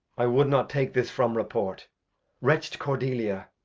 i wou'd not take this from report wretched cordelia!